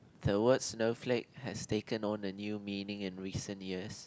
the word snowflake has taken on a new meaning in recent years